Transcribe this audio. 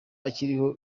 akiriho